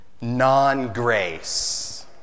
Non-grace